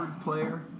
player